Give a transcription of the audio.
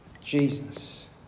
Jesus